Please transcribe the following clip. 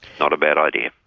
not a bad idea.